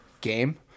game